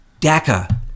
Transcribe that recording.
DACA